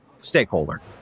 stakeholder